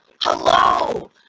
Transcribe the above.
Hello